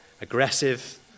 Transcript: aggressive